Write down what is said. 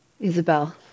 Isabel